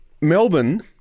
Melbourne